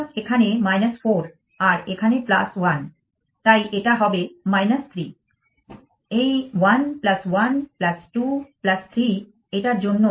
সুতরাং এখানে 4 আর এখানে 1 তাই এটা হবে 3 এই 1 1 2 3 এটার জন্য